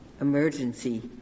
emergency